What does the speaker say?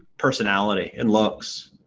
personality and looks.